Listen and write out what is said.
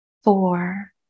Four